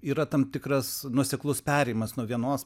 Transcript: yra tam tikras nuoseklus perėjimas nuo vienos